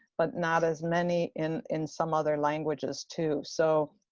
but not as many in in some other languages too. so